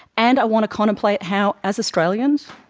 and i want to contemplate how, as australians,